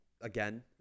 again